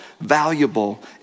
valuable